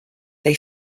they